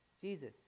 Jesus